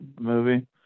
movie